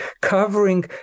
covering